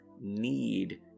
need